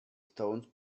stones